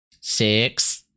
Six